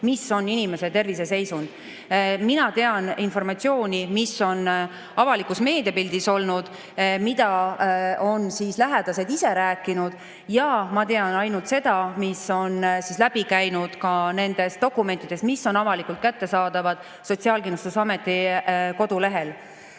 on inimese terviseseisund. Mina tean informatsiooni, mis on avalikus meediapildis olnud, mida on lähedased ise rääkinud, ja ma tean ainult seda, mis on läbi käinud ka nendest dokumentidest, mis on Sotsiaalkindlustusameti kodulehel